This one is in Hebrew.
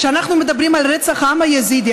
כשאנחנו מדברים על רצח העם היזידי,